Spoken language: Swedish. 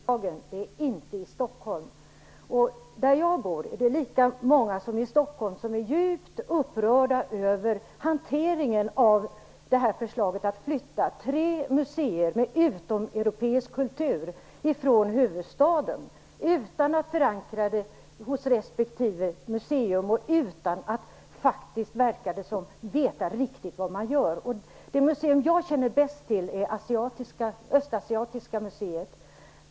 Herr talman! Jag bor i Skinnskatteberg i Bergslagen, inte i Stockholm. Där jag bor är det lika många som det är i Stockholm som är djupt upprörda över hanteringen av förslaget att flytta tre museer med utomeuropeisk kultur från huvudstaden utan att förankra beslutet hos respektive museum och, som det faktiskt verkar, utan att veta riktigt vad man gör. Jag känner bäst till Östasiatiska museet.